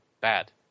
bad